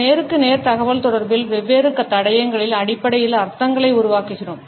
நேருக்கு நேர் தகவல்தொடர்புகளில் வெவ்வேறு தடயங்களின் அடிப்படையில் அர்த்தங்களை உருவாக்குகிறோம்